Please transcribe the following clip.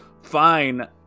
fine